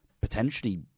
potentially